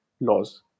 laws